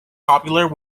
popular